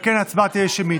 ועל כן ההצבעה תהיה שמית.